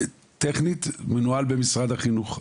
טכנית מנוהל במשרד החינוך,